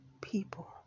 people